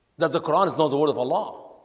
that the quran is not the word of allah